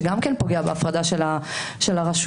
שגם פוגע בהפרדה של הרשויות,